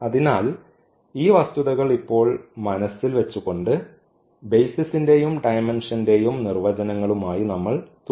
അതിനാൽ ഈ വസ്തുതകൾ ഇപ്പോൾ മനസ്സിൽ വച്ചുകൊണ്ട് ബെയ്സിസിന്റെയും ഡയമെൻഷന്റെയും നിർവചനങ്ങളുമായി നമ്മൾ തുടരും